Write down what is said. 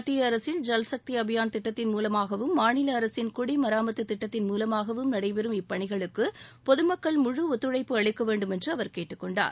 மத்திய அரசின் ஜல் சக்தி அபியான் திட்டத்தின் மூலமாகவும் மாநில அரசின் குடிமராமத்து திட்டத்தின் மூலமாகவும் நடைபெறும் இப்பணிகளுக்கு பொதுமக்கள் முழு ஒத்துழைப்பு அளிக்க வேண்டுமென்று அவர் கேட்டுக் கொண்டார்